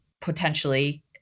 potentially